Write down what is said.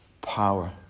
power